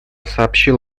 сообщил